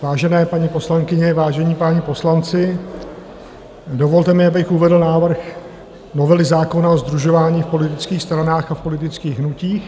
Vážené paní poslankyně, vážení páni poslanci, dovolte mi, abych uvedl návrh novely zákona o sdružování v politických stranách a v politických hnutích.